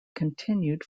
continued